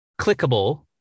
clickable